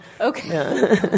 Okay